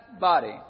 body